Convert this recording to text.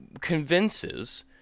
convinces